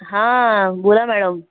हां बोला मॅळम